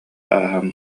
ааһан